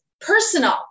personal